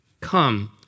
come